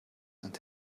and